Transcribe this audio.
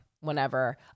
whenever